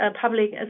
public